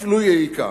אז לו יהי כך.